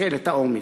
ותקל את העומס.